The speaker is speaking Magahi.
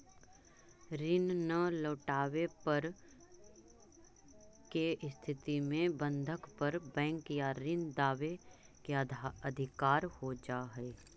ऋण न लौटवे के स्थिति में बंधक पर बैंक या ऋण दावे के अधिकार हो जा हई